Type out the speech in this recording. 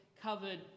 covered